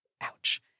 Ouch